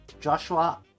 Joshua